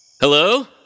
Hello